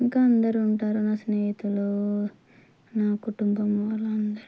ఇంకా అందరూ ఉంటారు నా స్నేహితులు నా కుటుంబం వాళ్ళందరూ ఉంటారు